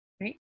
Right